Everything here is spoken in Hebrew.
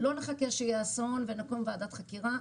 לא נחכה שיהיה אסון ותקום ועדת חקירה,